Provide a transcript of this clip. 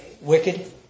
Wicked